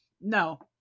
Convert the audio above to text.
No